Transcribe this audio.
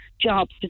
jobs